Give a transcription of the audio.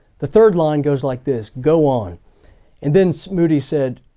the third line goes like this go on and then so moody said,